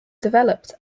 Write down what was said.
developed